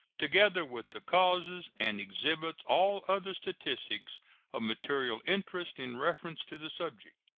together with the causes and exhibits all other statistics of material interest in reference to the subject.